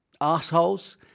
assholes